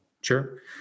sure